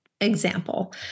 example